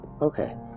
Okay